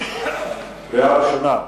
קריאה ראשונה.